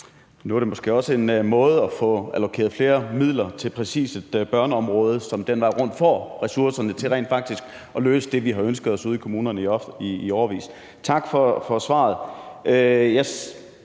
Nu er det måske også en måde at få allokeret flere midler til præcis børneområdet på, som den vej rundt får ressourcerne til rent faktisk at løse det, vi har ønsket os at kunne løse ude i kommunerne i årevis. Jeg har to